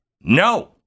no